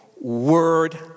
word